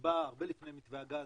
שנקבע הרבה לפני מתווה הגז,